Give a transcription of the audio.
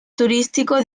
turístico